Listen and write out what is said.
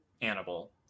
Annabelle